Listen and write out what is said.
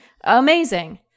Amazing